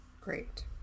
Great